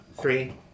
Three